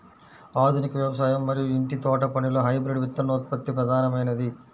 ఆధునిక వ్యవసాయం మరియు ఇంటి తోటపనిలో హైబ్రిడ్ విత్తనోత్పత్తి ప్రధానమైనది